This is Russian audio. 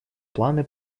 планы